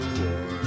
war